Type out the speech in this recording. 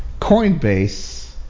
Coinbase